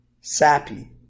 sappy